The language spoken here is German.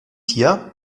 hier